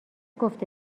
گفته